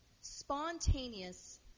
spontaneous